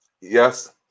Yes